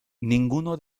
ninguno